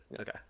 Okay